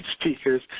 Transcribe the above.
speakers